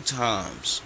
times